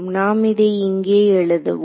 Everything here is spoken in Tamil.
நாம் இதை இங்கே எழுதுவோம்